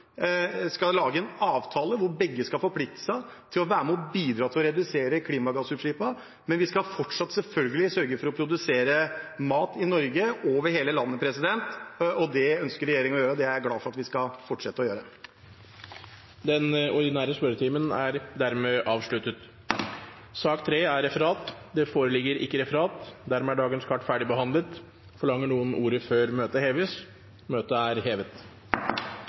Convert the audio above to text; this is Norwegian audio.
skal lage en avtale hvor begge parter skal forplikte seg til å være med og bidra til å redusere klimagassutslippene. Men vi skal selvfølgelig fortsatt sørge for å produsere mat i Norge, over hele landet. Det ønsker regjeringen å gjøre – og det er jeg glad for at vi skal fortsette å gjøre. Den ordinære spørretimen er dermed avsluttet. Det foreligger ikke noe referat. Dermed er dagens kart ferdigbehandlet. Forlanger noen ordet før møtet heves? – Møtet er hevet.